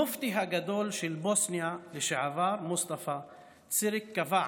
המופתי הגדול של בוסניה לשעבר, מוסטפא צ'ריק קבע: